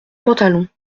pantalon